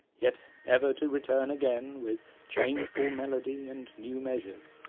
yet ever to return again with changeful melody and new measures.